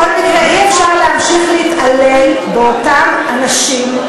בכל מקרה, אי-אפשר להמשיך להתעלל באותם אנשים,